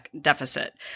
deficit